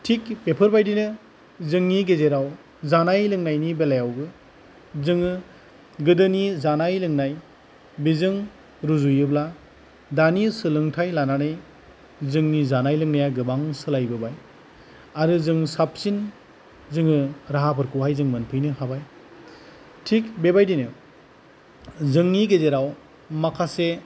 थिग बेफोरबायदिनो जोंनि गेजेराव जानाय लोंनायनि बेलायावबो जोङो गोदोनि जानाय लोंनाय बेजों रुजुयोब्ला दानि सोलोंथाइ लानानै जोंनि जानाय लोंनाया गोबां सोलाय बोबाय आरो जों साबसिन जोङो राहाफोरखौहाय जों मोनफैनो हाबाय थिग बेबायदिनो जोंनि गेजेराव माखासे